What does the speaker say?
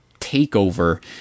takeover